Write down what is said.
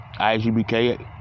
IGBK